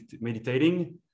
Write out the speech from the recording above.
meditating